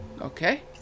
Okay